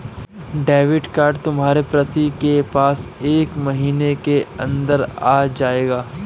debit card तुम्हारे पति के पास एक महीने के अंदर आ जाएगा